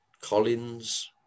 Collins